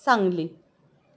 Sangli